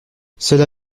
cela